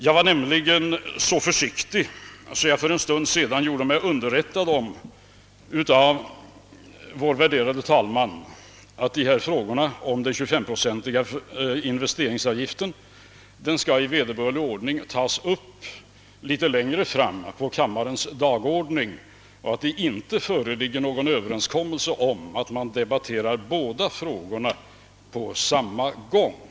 Jag var nämligen så försiktig att jag för en stund sedan hos vår värderade talman gjorde mig underrättad om att frågan om den 25-procentiga investeringsavgiften i vederbörlig ordning skall tas upp litet längre fram på kammarens dagordning och att det nu inte föreligger någon överenskommelse om att debattera båda ärendena på samma gång.